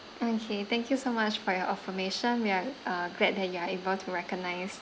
okay thank you so much for your affirmation we are uh glad that you are able to recognise